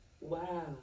Wow